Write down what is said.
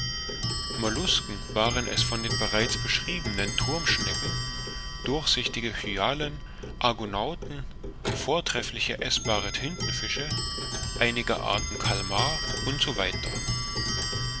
mollusken waren es von den bereits beschriebenen thurmschnecken durchsichtige hyalen argonauten vortreffliche eßbare tintenfische einige arten calmar u s